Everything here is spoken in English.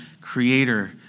creator